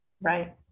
right